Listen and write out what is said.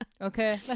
Okay